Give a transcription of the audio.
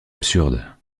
absurde